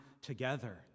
together